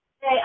Hey